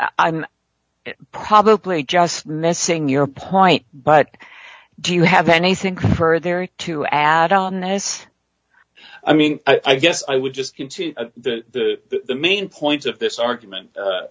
i'm probably just missing your point but do you have anything further to add on this i mean i guess i would just get to the main points of this argument